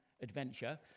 adventure